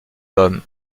d’homme